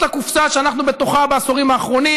לקופסה שאנחנו בתוכה בעשורים האחרונים,